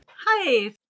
hi